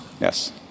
Yes